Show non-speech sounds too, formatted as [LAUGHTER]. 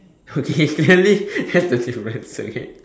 okay apparently [LAUGHS] that's the difference okay